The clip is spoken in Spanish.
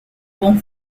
con